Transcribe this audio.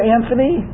Anthony